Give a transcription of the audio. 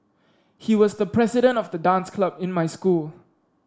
he was the president of the dance club in my school